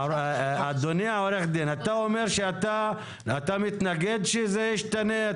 אדוני עורך הדין, אתה אומר שאתה מתנגד שזה ישתנה?